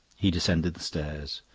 he descended the stairs.